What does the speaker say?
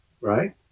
right